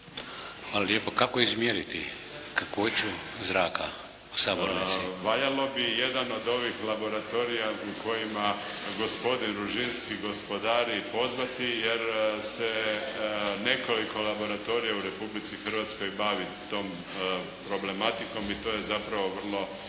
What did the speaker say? (HDZ)** Kako izmjeriti kakvoću zraka u Sabornici? **Franić, Zdenko (SDP)** Valjalo bi jedan od ovih laboratorija u kojima gospodin Ružinski gospodari pozvati, jer se nekoliko laboratorija u Republici Hrvatskoj bavi tom problematikom i to je zapravo vrlo